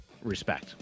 Respect